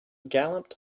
galloped